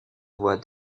voit